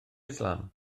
islam